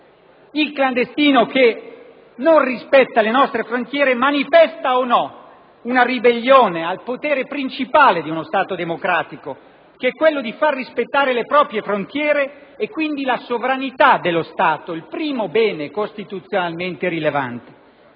il clandestino che non rispetta le nostre frontiere manifesta o no una ribellione al potere principale di uno Stato democratico, che è quello di far rispettare le proprie frontiere e quindi la sovranità dello Stato, il primo bene costituzionalmente rilevante?